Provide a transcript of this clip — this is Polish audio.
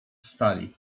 stali